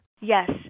Yes